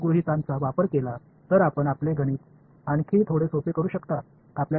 எனவே இந்த இரண்டு அனுமானங்களையும் நீங்கள் பயன்படுத்தினால் உங்கள் கணக்கை இன்னும் கொஞ்சம் எளிமைப்படுத்தலாம்